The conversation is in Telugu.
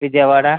విజయవాడ